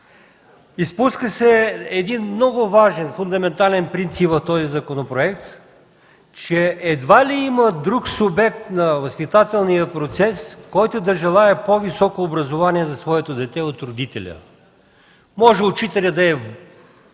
Изпуска се един много важен, фундаментален принцип в този законопроект – едва ли има друг субект на възпитателния процес, който да желае по-високо образование на своето дете от родителя. Може учителят да е невероятен, може